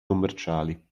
commerciali